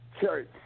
Church